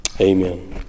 amen